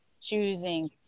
choosing